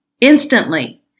Instantly